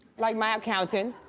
like my accountant.